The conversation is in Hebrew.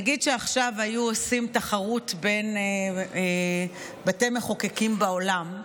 נגיד שעכשיו היו עושים תחרות בין בתי מחוקקים בעולם,